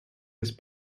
his